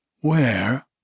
Where